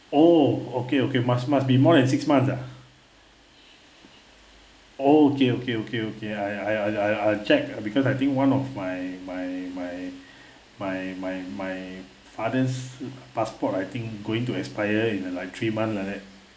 orh okay okay must must be more than six months ah orh okay okay okay okay I I I I ah check because I think one of my my my my my my father's passport I think going to expire in uh like three months like that